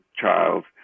child